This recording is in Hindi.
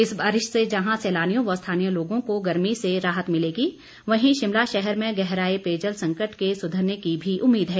इस बारिश से जहां सैलानियों व स्थानीय लोगों को गर्मी से राहत मिलेगी वहीं शिमला शहर में गहराए पेयजल संकट के सुधरने की भी उम्मीद है